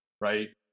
right